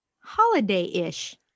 holiday-ish